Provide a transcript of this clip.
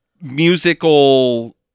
musical